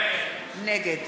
נגד